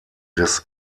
des